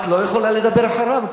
את לא יכולה לדבר אחריו,